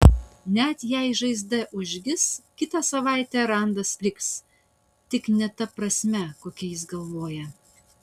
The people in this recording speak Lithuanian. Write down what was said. net jei žaizda užgis kitą savaitę randas liks tik ne ta prasme kokia jis galvoja